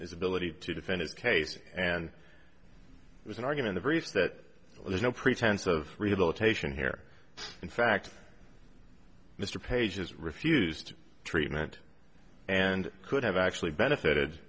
his ability to defend its case and it was an argument of various that there's no pretense of rehabilitation here in fact mr page has refused treatment and could have actually benefited